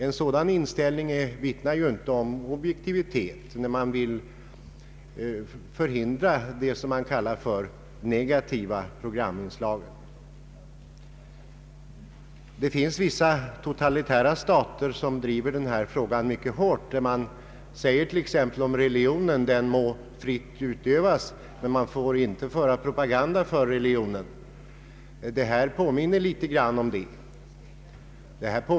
En sådan inställning vittnar inte om objektivitet, när man alltså vill förhindra det som man kallar för negativa programinslag. Det finns vissa totalitära stater som driver denna fråga mycket hårt. Man säger t.ex. om religionen att den må fritt utövas, men man får inte föra propaganda för den. Det här påminner litet grand om det.